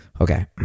Okay